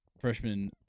freshman